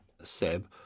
Seb